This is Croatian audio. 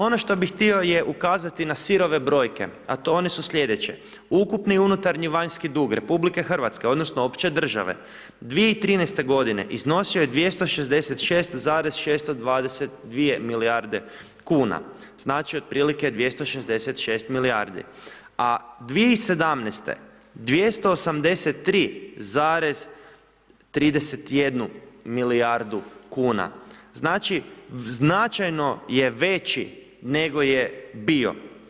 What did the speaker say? Ono što bih htio je ukazati na sirove brojke, a one su sljedeće, ukupni unutarnji-vanjski dug Republike Hrvatske odnosno opće države, 2013. godine iznosio je 266,622 milijarde kuna, znači otprilike 266 milijardi, a 2017.-te 283,31 milijardu kuna, znači, značajno je veći nego je bio.